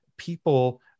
people